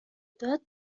داد